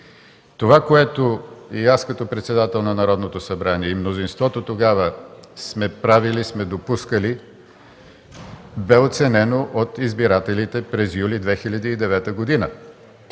Това, което и аз като председател на Народното събрание, и мнозинството тогава сме правили и сме допускали, бе оценено от избирателите през юли 2009 г.,